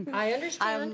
i understand.